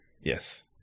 Yes